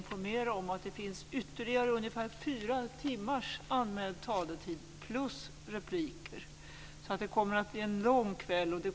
Fru talman!